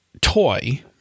toy